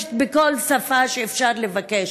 מבקשת בכל שפה שאפשר לבקש: